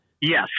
Yes